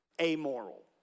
amoral